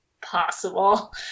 possible